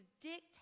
dictate